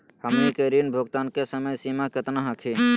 हमनी के ऋण भुगतान के समय सीमा केतना हखिन?